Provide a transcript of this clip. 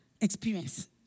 experience